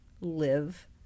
live